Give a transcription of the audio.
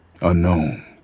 Unknown